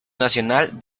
nacional